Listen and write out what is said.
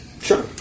Sure